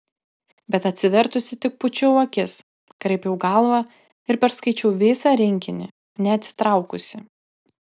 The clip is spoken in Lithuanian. bet atsivertusi tik pūčiau akis kraipiau galvą ir perskaičiau visą rinkinį neatsitraukusi